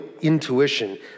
intuition